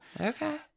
Okay